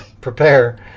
Prepare